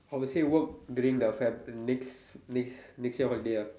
I would say work during the Feb next next year holiday ah